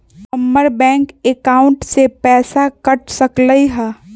हमर bank account से पैसा कट सकलइ ह?